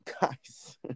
guys